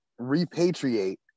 repatriate